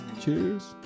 cheers